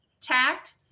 tact